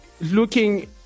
looking